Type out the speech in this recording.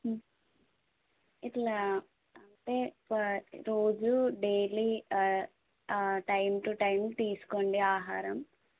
ఇట్లా అంటే ఒక రోజు డైలీ టైమ్ టు టైమ్ తీసుకోండి ఆహారం